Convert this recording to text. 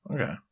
Okay